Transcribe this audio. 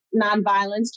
nonviolence